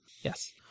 Yes